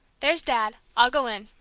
there's dad. i'll go in,